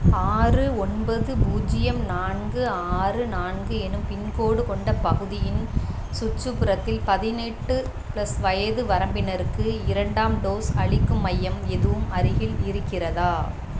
ஆறு ஒன்பது பூஜ்ஜியம் நான்கு ஆறு நான்கு எனும் பின்கோடு கொண்ட பகுதியின் சுற்றுப்புறத்தில் பதினெட்டு ப்ளஸ் வயது வரம்பினருக்கு இரண்டாம் டோஸ் அளிக்கும் மையம் எதுவும் அருகில் இருக்கிறதா